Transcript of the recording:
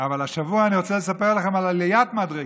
השבוע אני רוצה לספר לכם על עליית מדרגה: